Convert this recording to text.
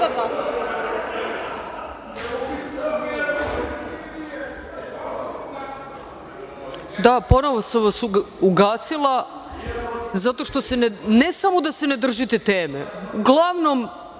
Da, ponovo sam vas ugasila, zato, ne samo da se ne držite teme, uglavnom